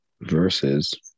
versus